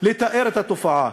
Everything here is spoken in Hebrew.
לתאר את התופעה.